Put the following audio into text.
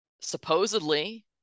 supposedly